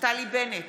נפתלי בנט,